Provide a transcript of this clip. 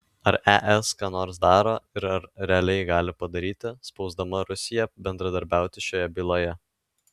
ar es ką nors daro ir ar realiai gali padaryti spausdama rusiją bendradarbiauti šioje byloje